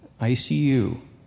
ICU